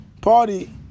party